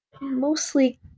mostly